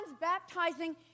baptizing